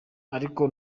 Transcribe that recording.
ariko